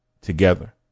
together